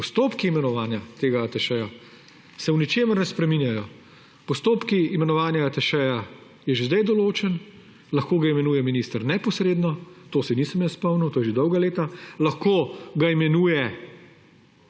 Postopki imenovanja tega atašeja se v ničemer ne spreminjajo. Postopek imenovanja atašeja je že zdaj določen. Lahko ga imenuje minister neposredno, tega se nisem jaz spomnil, to je že dolga leta. Lahko ga imenuje